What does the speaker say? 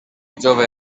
jove